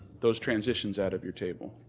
those transitions out of your table,